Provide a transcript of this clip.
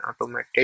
automated